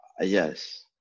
Yes